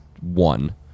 one